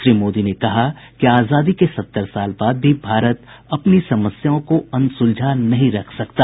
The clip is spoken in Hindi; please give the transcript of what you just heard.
श्री मोदी ने कहा कि आजादी के सत्तर साल बाद भी भारत अपनी समस्याओं को अनसुलझा नहीं रख सकता